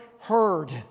heard